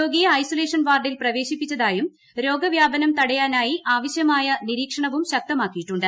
രോഗിയെ ഐസൊലേഷൻ വാർഡിൽ പ്രവേശിപ്പിച്ചതായും രോഗവ്യാപനം തടയാനായി ആവശ്യമായ നിരീക്ഷണവും ശക്തമാക്കിയിട്ടുണ്ട്